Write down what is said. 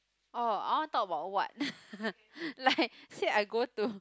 oh I want talk about what like say I go to